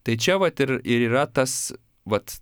tai čia vat ir ir yra tas vat